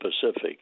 Pacific